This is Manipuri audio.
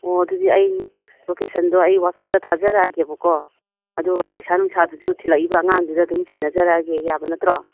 ꯑꯣ ꯑꯗꯨꯗꯤ ꯑꯩ ꯂꯣꯀꯦꯁꯟꯗꯣ ꯑꯩ ꯋꯥꯆꯦꯞꯇ ꯊꯥꯖꯔꯛꯑꯒꯦꯕ ꯀꯣ ꯑꯗꯣ ꯄꯩꯁꯥ ꯅꯨꯡꯁꯥꯗꯨꯁꯨ ꯊꯤꯜꯂꯛꯏꯕ ꯑꯉꯥꯡꯗꯨꯗ ꯑꯗꯨꯝ ꯁꯤꯟꯅꯖꯔꯛꯑꯒꯦ ꯌꯥꯕ ꯅꯠꯇ꯭ꯔꯣ